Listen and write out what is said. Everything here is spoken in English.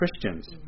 Christians